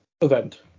event